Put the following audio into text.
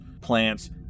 plants